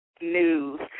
News